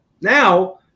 Now